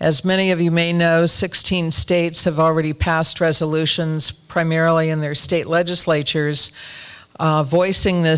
as many of you may know sixteen states have already passed resolutions primarily in their state legislatures voicing th